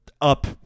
up